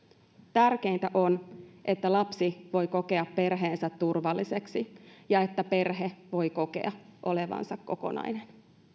tärkeintä on että lapsi voi kokea perheensä turvalliseksi ja että perhe voi kokea olevansa kokonainen